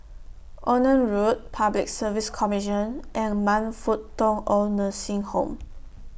Onan Road Public Service Commission and Man Fut Tong Oid Nursing Home